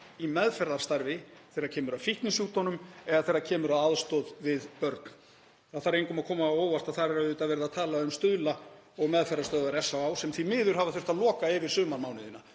í meðferðarstarfi þegar kemur að fíknisjúkdómnum eða þegar kemur að aðstoð við börn. Það þarf engum að koma á óvart að þar er auðvitað verið að tala um Stuðla og meðferðarstöðvar SÁÁ, sem því miður hafa þurft að loka yfir sumarmánuðina,